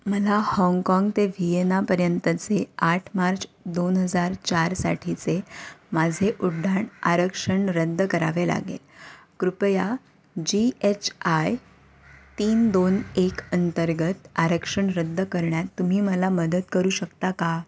मला हाँगकाँग ते व्हीएनापर्यंतचे आठ मार्च दोन हजार चारसाठीचे माझे उड्डाण आरक्षण रद्द करावे लागेल कृपया जी एच आय तीन दोन एक अंतर्गत आरक्षण रद्द करण्यात तुम्ही मला मदत करू शकता का